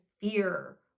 fear